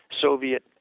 Soviet